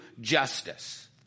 justice